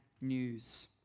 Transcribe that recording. news